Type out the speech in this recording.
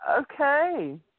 Okay